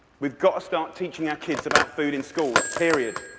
we've got to start teaching our kids about food in schools, period.